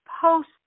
post